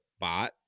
bot